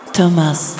Thomas